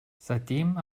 seitdem